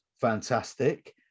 Fantastic